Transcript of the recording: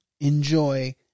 enjoy